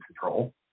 control